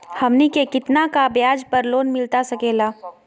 हमनी के कितना का ब्याज पर लोन मिलता सकेला?